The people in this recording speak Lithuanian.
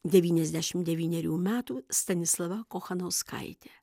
devyniasdešimt devynerių metų stanislava kochanauskaitė